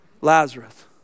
Lazarus